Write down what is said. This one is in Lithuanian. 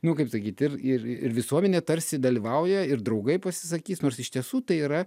nu kaip sakyt ir ir ir visuomenė tarsi dalyvauja ir draugai pasisakys nors iš tiesų tai yra